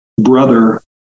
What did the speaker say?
brother